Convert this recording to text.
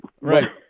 Right